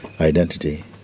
identity